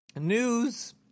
news